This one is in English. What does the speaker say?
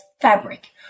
fabric